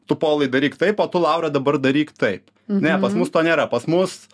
tu povilai daryk taip o tu laura dabar daryk taip ne pas mus to nėra pas mus